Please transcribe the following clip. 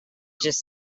just